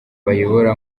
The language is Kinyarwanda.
bayobora